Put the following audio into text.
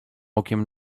okiem